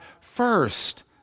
first